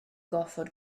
gorfod